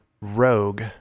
rogue